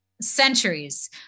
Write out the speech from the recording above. Centuries